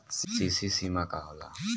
CC सीमा का होला?